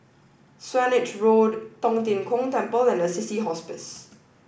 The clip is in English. Swanage Road Tong Tien Kung Temple and Assisi Hospice